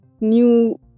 new